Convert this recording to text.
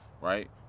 right